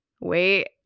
wait